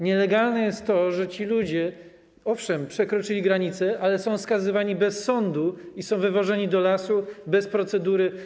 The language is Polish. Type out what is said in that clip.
Nielegalne jest to, że ci ludzie, owszem, przekroczyli granicę, ale są skazywani bez sądu i wywożeni do lasu bez procedury.